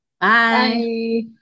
Bye